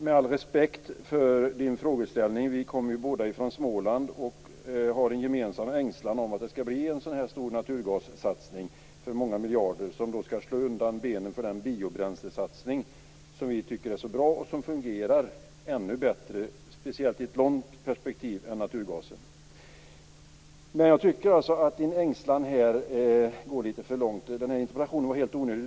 Med all respekt för din frågeställning: Vi kommer ju båda från Småland och har en gemensam ängslan för att det skall bli en sådan här stor naturgassatsning för många miljarder som skall slå undan benen för den biobränslesatsning som vi tycker är så bra och som fungerar ännu bättre, speciellt i ett långt perspektiv, än naturgasen. Jag tycker alltså att din ängslan går lite för långt. Den här interpellationen var helt onödig.